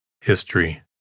History